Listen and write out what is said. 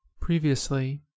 previously